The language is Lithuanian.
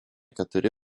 keturi